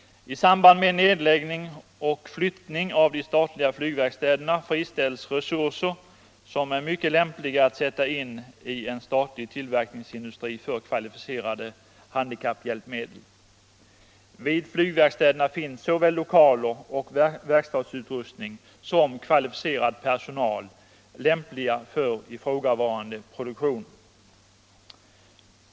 I samband med nedläggning och flyttning av de statliga flygverkstäderna friställs resurser som är mycket lämpliga att sätta in i en statlig tillverkningsindustri för kvalificerade handikapphjälpmedel. Vid flygverkstäderna finns såväl lämpliga lokaler och verkstadsutrustning som kvalificerad personal för ifrågavarande produktion.